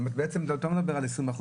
אז בעצם אתה לא מדבר על 20%,